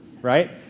right